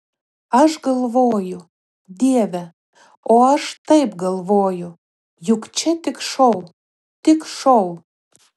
aš galvoju dieve o aš taip galvoju juk čia tik šou tik šou